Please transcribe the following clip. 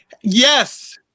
Yes